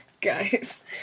guys